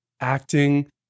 acting